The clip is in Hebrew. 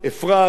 בית-אריה,